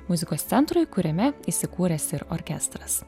muzikos centrui kuriame įsikūręs ir orkestras